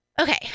okay